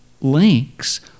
links